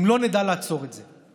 אם לא נדע לעצור את זה.